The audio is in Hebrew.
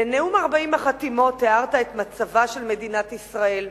בנאום 40 החתימות תיארת את מצבה של מדינת ישראל.